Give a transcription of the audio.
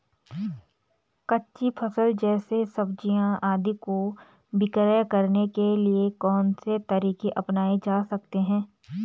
कच्ची फसल जैसे सब्जियाँ आदि को विक्रय करने के लिये कौन से तरीके अपनायें जा सकते हैं?